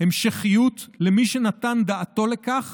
המשכיות למי שנתן דעתו על כך